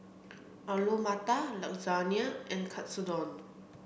Alu Matar Lasagna and Katsudon